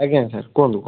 ଆଜ୍ଞା ସାର୍ କୁହନ୍ତୁ କୁହନ୍ତୁ